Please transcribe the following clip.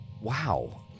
wow